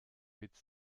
witz